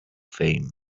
fame